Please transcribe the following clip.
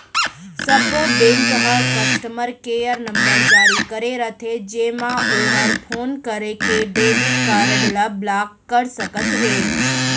सब्बो बेंक ह customer care number जारी करे रथे जेमा ओहर फोन करके डेबिट कारड ल ब्लाक कर सकत हे